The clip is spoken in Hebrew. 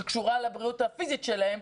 שקשורה גם לבריאות הפיזית שלהם.